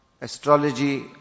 astrology